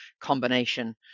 combination